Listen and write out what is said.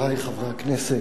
חברי חברי הכנסת,